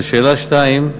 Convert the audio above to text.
לשאלה 2: